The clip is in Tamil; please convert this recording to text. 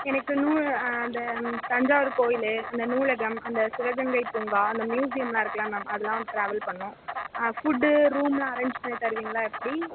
எனக்கு நூ அந்த தஞ்சாவூர் கோவில் அந்த நூலகம் அந்த சிவகங்கை பூங்கா அந்த மியூசியமெலாம் இருக்கில மேம் அதெலாம் டிராவல் பண்ணணும் ஆ ஃபுட்டு ரூமெலாம் அரேஞ்ச் பண்ணி தருவீங்களா எப்படி